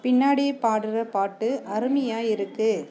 பின்னாடி பாடுகிற பாட்டு அருமையாக இருக்குது